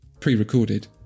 pre-recorded